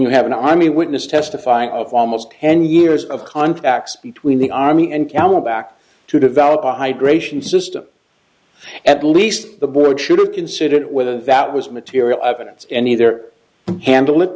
you have an army witness testify of almost ten years of contacts between the army and callup act to develop a hydration system at least the board should have considered whether that was material evidence and either handle it